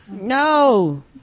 No